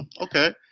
Okay